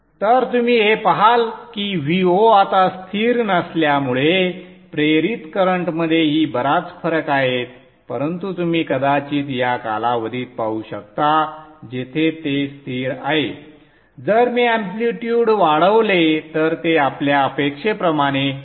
तर तुम्ही हे पहाल की Vo आता स्थिर नसल्यामुळे प्रेरित करंट मध्ये ही बराच फरक आहेत परंतु तुम्ही कदाचित या कालावधीत पाहू शकता जेथे ते स्थिर आहे जर मी अँप्लिटयूड वाढवले तर ते आपल्या अपेक्षेप्रमाणे होईल